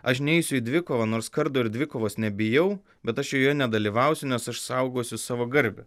aš neisiu į dvikovą nors kardo ir dvikovos nebijau bet aš joje nedalyvausiu nes aš saugosiu savo garbę